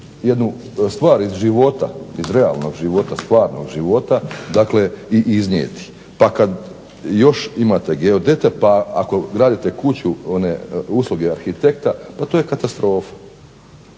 jednu stvar iz života, iz realnog, stvarnog života iznijeta. Pa kada još imate geodete pa kada još gradite kuću usluge arhitekta, pa to je zaista